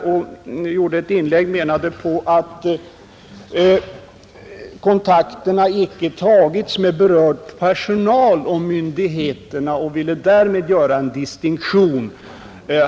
Herr Nilsson i Tvärålund menade att kontakter inte har tagits med berörd personal och myndigheter och ville därmed göra en distinktion.